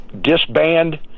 disband